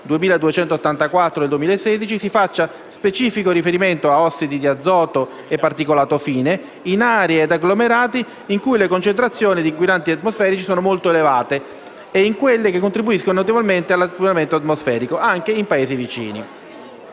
n. 2284 del 2016, si faccia specifico riferimento a ossidi di azoto e particolato fine in aree e agglomerati in cui le concentrazioni di inquinanti atmosferici sono molto elevate e in quelle che contribuiscono notevolmente all'inquinamento atmosferico, anche in Paesi vicini.